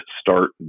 start